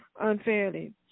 unfairly